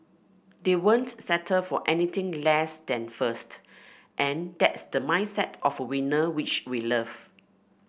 they won't settle for anything less than first and that's the mindset of a winner which we love